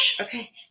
Okay